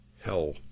hell